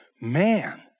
man